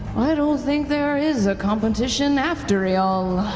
i don't think there is a competition after ee-all.